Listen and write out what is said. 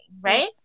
right